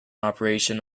operation